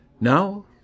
Now